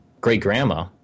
great-grandma